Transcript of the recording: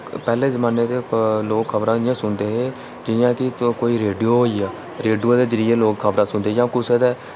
पैह्ले जमाने दे लोक खबरां इ'यां सुनदे हे जि'यां कि कोई रेडियो होई गेआ रेडियो दे जरिये लोक खबरां सुनदे हे जां कुसै दे